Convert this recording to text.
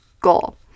goal